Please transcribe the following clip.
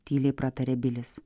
tyliai pratarė bilis